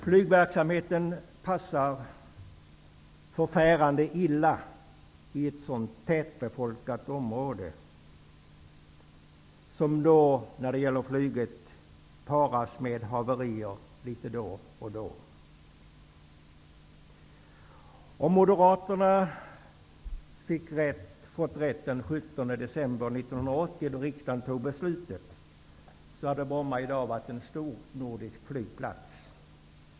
Flygverksamheten passar förfärligt illa i ett sådant tättbefolkat område som utsätts för haverier litet då och då. Om Moderaterna hade fått som de ville den 17 december 1980, då riksdagen fattade beslutet, hade Bromma i dag varit en stor nordisk flygplats.